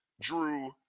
drew